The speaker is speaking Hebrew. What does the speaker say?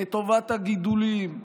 לטובת הגידולים,